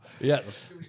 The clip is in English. Yes